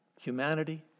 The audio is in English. Humanity